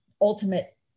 ultimate